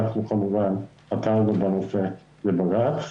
אנחנו כמובן עתרנו בנושא לבג"ץ